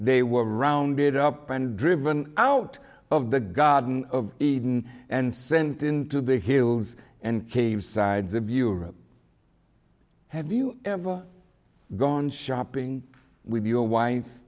they were rounded up and driven out of the garden of eden and sent into the hills and caves sides of europe have you ever gone shopping with your wife